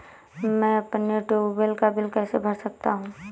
मैं अपने ट्यूबवेल का बिल कैसे भर सकता हूँ?